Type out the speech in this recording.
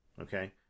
okay